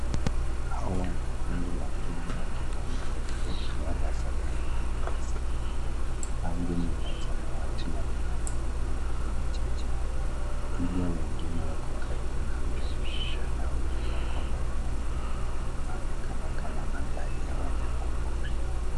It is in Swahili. Hawa ni kundi la twiga wakitembea katika eneo la Savana lenye nyasi nyingi. Anga ni la samawati na lina mawingu meupe machache. Twiga wengine wako karibu na mbele, na wengine wako mbali na nyuma. Inaonekana mandhari ya wanyama pori.